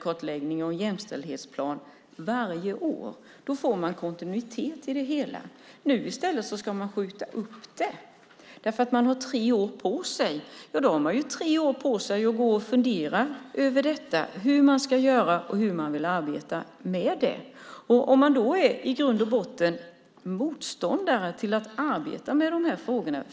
kartläggning och en jämställdhetsplan varje år. Då får man kontinuitet i det hela. Nu ska man i stället skjuta upp det. Man har tre år på sig. Då har man tre år på sig att gå och fundera över hur man ska göra och hur man vill arbeta med det och kanske i grund och botten är motståndare till att arbeta med de här frågorna.